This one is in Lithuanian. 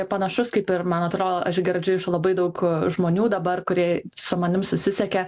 panašus kaip ir man atrodo aš girdžiu iš labai daug žmonių dabar kurie su manim susisiekia